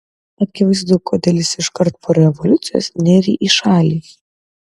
akivaizdu kodėl jis iškart po revoliucijos nėrė į šalį